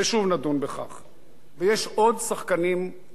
ויש עוד שחקנים, חברי חברי הכנסת, במגרש הזה.